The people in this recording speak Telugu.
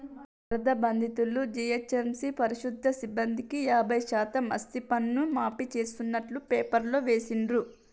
వరద బాధితులు, జీహెచ్ఎంసీ పారిశుధ్య సిబ్బందికి యాభై శాతం ఆస్తిపన్ను మాఫీ చేస్తున్నట్టు పేపర్లో వేసిండ్రు